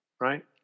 right